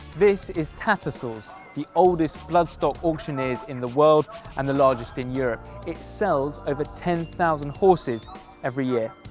this is tattersalls, the oldest bloodstock auctioneers in the world and the largest in europe. it sells over ten thousand horses every year.